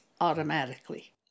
automatically